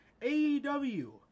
AEW